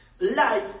Life